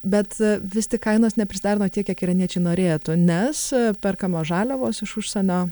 bet vis tik kainos neprisiderino tiek kiek iraniečiai norėtų nes perkamos žaliavos iš užsienio